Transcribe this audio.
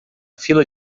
fila